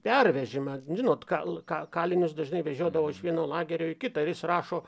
pervežimą žinot kal ką kalinius dažnai vežiodavo iš vieno lagerio į kitą ir jis rašo